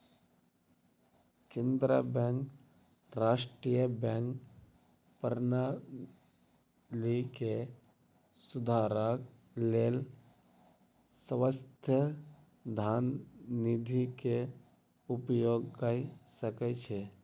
केंद्रीय बैंक राष्ट्रीय बैंक प्रणाली के सुधारक लेल स्वायत्त धन निधि के उपयोग कय सकै छै